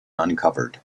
uncovered